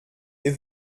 est